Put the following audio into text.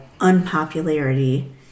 unpopularity